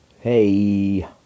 Hey